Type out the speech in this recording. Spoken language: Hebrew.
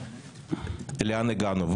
לאן הגענו?